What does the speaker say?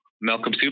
Malcolm